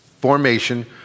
formation